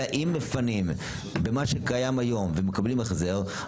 אם מפנים עם מה שקיים היום ומקבלים החזר,